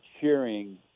cheering